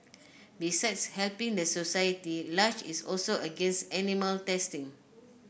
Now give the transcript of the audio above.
besides helping the society Lush is also against animal testing